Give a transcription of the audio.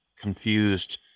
confused